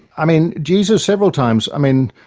i mean, jesus several times, i mean,